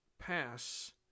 pass